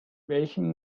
welchem